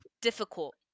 difficult